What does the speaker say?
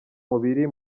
mubiri